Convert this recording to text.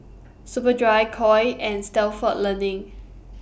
Superdry Koi and Stalford Learning